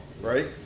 right